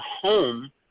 home